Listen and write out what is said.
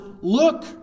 look